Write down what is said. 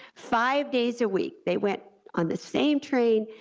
five days a week, they went on the same train,